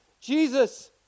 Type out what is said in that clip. Jesus